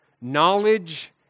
knowledge